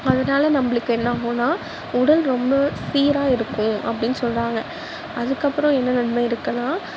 அதனால் நம்பளுக்கு என்ன ஆகும்னா உடல் ரொம்ப சீராக இருக்கும் அப்படின்னு சொல்கிறாங்க அதுக்கப்புறோம் என்ன நன்மை இருக்கும்னா